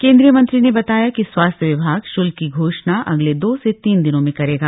केंद्रीय मंत्री ने बताया कि स्वास्थ्य विभाग शुल्क की घोषणा अगले दो से तीन दिनों में करेगा